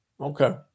Okay